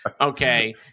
Okay